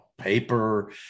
paper